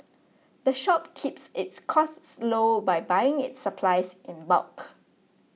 the shop keeps its costs low by buying its supplies in bulk